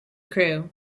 crew